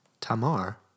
Tamar